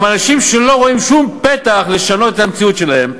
הם אנשים שלא רואים שום פתח לשנות את המציאות שלהם,